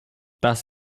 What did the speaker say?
das